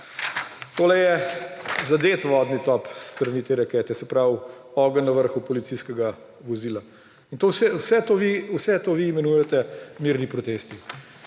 Tole je zadet vodni top s strani te rakete, se pravi ogenj na vrhu policijskega vozila. In vse to vi imenujete mirni protesti.